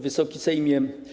Wysoki Sejmie!